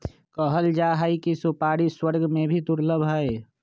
कहल जाहई कि सुपारी स्वर्ग में भी दुर्लभ हई